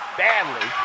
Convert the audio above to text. badly